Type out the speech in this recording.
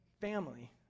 family